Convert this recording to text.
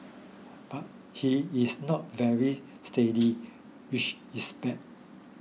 but he is not very stealthy which is bad